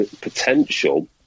potential